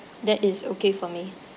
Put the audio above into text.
that is okay for me